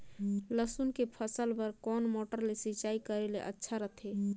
लसुन के फसल बार कोन मोटर ले सिंचाई करे ले अच्छा रथे?